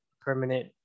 permanent